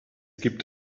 gibt